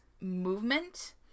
movement